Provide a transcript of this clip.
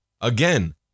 again